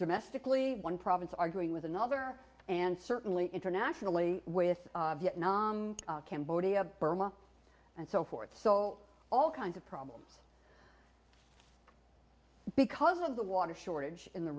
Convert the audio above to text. domestically one province arguing with another and certainly internationally with vietnam cambodia burma and so forth so all kinds of problems because of the water shortage in the